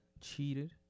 cheated